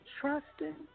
Trusting